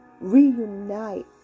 reunite